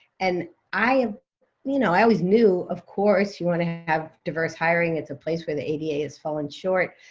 and i um you know i always knew, of course, you want to have diverse hiring. it's a place where the ada has fallen short.